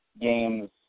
games